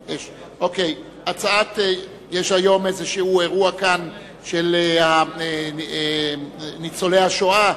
יש כאן היום אירוע של ניצולי השואה,